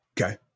Okay